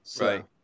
Right